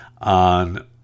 on